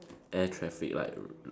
air traffic light